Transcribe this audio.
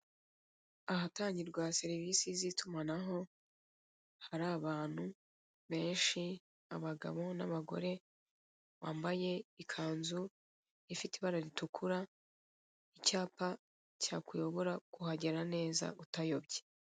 Ahatangirwa serivisi z'itumanaho, hari abantu benshi; abagabo n'abagore bambaye ikanzu ifite ibara ritukura, icyapa cyakuyobora kuhagera neza utayobye.